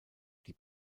die